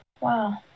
wow